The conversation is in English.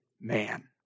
man